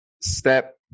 step